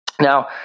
Now